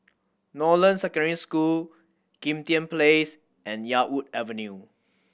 Northland Secondary School Kim Tian Place and Yarwood Avenue